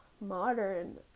modern